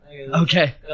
Okay